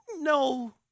no